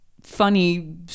funny